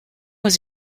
was